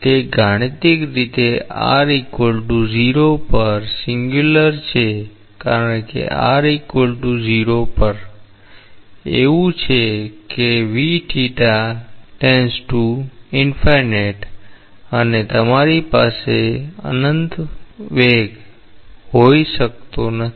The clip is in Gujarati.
તે ગાણિતિક રીતે r0 પર સિંગ્યુલર છે કારણ કે r 0 પર એવું છે કે અને તમારી પાસે અનંત વેગ હોઈ શકતો નથી